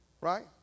Right